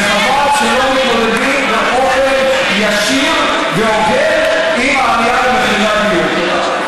וחבל שלא מתמודדים באופן ישיר והוגן עם העלייה במחירי הדיור.